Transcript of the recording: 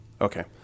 Okay